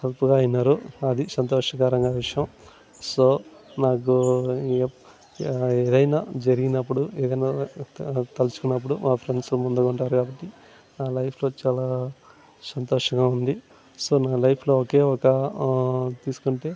హెల్ప్గా అయినారు అది సంతోషకరంగా విషయం సో నాకు ఎప్ ఏదైనా జరిగినప్పుడు ఏదన్నా త తలుచుకున్నప్పుడు మా ఫ్రెండ్స్ ముందుగుంటారు కాబట్టి నా లైఫ్లో చాలా సంతోషంగా ఉంది సో నా లైఫ్లో ఒకే ఒక తీస్కుంటే